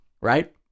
Right